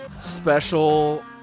Special